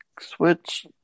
switch